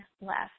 left